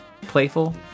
playful